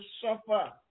suffer